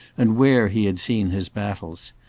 and where he had seen his battles.